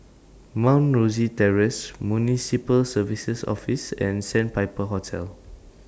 Mount Rosie Terrace Municipal Services Office and Sandpiper Hotel